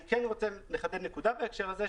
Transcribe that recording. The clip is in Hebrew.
אני כן רוצה לחדד נקודה בהקשר הזה.